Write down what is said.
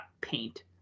paint